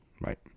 Right